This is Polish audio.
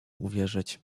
uwierzyć